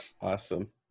Awesome